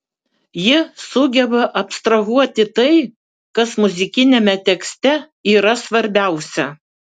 ji sugeba abstrahuoti tai kas muzikiniame tekste yra svarbiausia